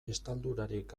estaldurarik